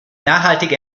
nachhaltige